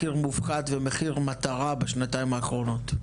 מחיר מופחת ומחיר מטרה בשנתיים האחרונות?